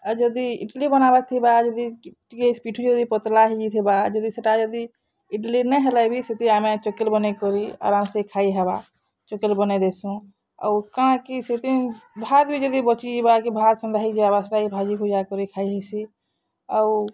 ଆଉ ଯଦି ଇଟ୍ଲି ବନାବାର୍ ଥିବା ଯଦି ଟିକେ ପିଠୁ ଯଦି ପତ୍ଳା ହେଇଯାଇଥିବା ଯଦି ସେଟା ଯଦି ଇଟ୍ଲି ନାଇଁ ହେଲେ ବି ସେତି ଆମେ ଚକେଲ୍ ବନେଇକରି ଆରାମ୍ସେ ଖାଇ ହେବା ଚକେଲ୍ ବନେଇଦେସୁଁ ଆଉ କାଣାକି ସେଥି ଭାତ୍ ବି ଯଦି ବଁଚିଯିବା କି ଭାତ୍ ସେନ୍ତା ହେଇଯାବା ସେଟାକେ ଭାଜି ଭୁଜା କରି ଖାଇହେସି ଆଉ